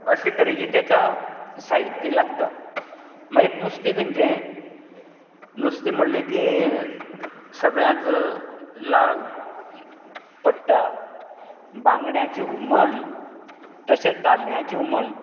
अशें तरेचें तेका साहित्य लागता मागीर नुस्तें खंयचें नुस्तें म्हणलें की सगळ्यांक लाळ पडटा बांगड्यांचें हुमण तशेंच ताल्ल्यांचें हुमण